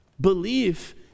belief